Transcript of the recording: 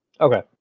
Okay